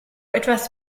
etwas